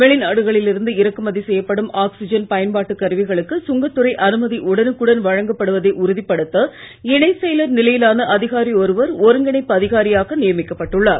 வெளிநாடுகளில் இருந்து இறக்குமதி செய்யப்படும் ஆக்சிஜன் பயன்பாட்டு கருவிகளுக்கு சுங்கத் துறை அனுமதி உடனுக்குடன் வழங்குவதை உறுதிப்படுத்த இணைச் செயலர் நிலையிலான அதிகாரி ஒருவர் ஒருங்கிணைப்பு அதிகாரிகயாக நியமிக்கப்பட்டுள்ளார்